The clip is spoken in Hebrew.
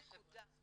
נקודה.